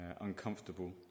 uncomfortable